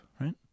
Right